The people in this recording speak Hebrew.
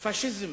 פאשיזם